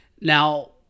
Now